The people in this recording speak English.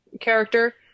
character